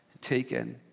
taken